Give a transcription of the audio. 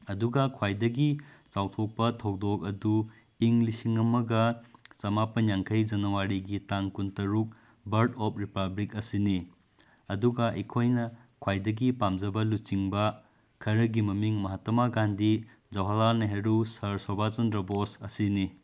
ꯑꯗꯨꯒ ꯈ꯭ꯋꯥꯏꯗꯒꯤ ꯆꯥꯎꯊꯣꯛꯄ ꯊꯧꯗꯣꯛ ꯑꯗꯨ ꯏꯪ ꯂꯤꯁꯤꯡ ꯑꯃꯒ ꯆꯃꯥꯄꯟ ꯌꯥꯡꯈꯩ ꯖꯅꯋꯥꯔꯤꯒꯤ ꯇꯥꯡ ꯀꯨꯟꯇꯔꯨꯛ ꯕꯥꯔꯠ ꯑꯣꯐ ꯔꯤꯄꯥꯕ꯭ꯂꯤꯛ ꯑꯁꯤꯅꯤ ꯑꯗꯨꯒ ꯑꯩꯈꯣꯏꯅ ꯈ꯭ꯋꯥꯏꯗꯒꯤ ꯄꯥꯝꯖꯕ ꯂꯨꯆꯤꯡꯕ ꯈꯔꯒꯤ ꯃꯃꯤꯡ ꯃꯍꯥꯇꯃꯥ ꯒꯥꯟꯙꯤ ꯖꯋꯥꯍꯔꯂꯥꯜ ꯅꯦꯍꯔꯨ ꯁꯥꯔ ꯁꯣꯚꯥꯁ ꯆꯟꯗ꯭ꯔ ꯕꯣꯁ ꯑꯁꯤꯅꯤ